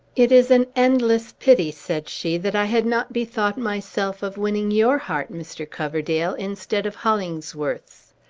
it is an endless pity, said she, that i had not bethought myself of winning your heart, mr. coverdale, instead of hollingsworth's.